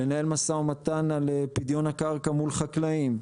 לנהל משא ומתן על פדיון הקרקע מול חקלאים.